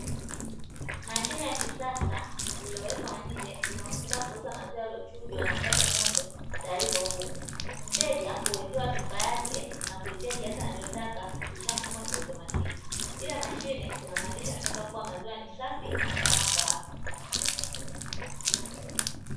Mashine ya kisasa iliyowekwa nje, inayotumika kuuza maziwa yaliyochujwa na kupashwa moto tayari kwa kunywa, mteja huwekewa chupa yake na kulipia kiasi anachotaka kupitia mfumo wa kiotomatiki. Juu ya mashine kuna maandishi yanaonyesha maziwa ni safi na salama kwa afya.